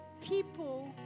people